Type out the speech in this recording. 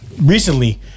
recently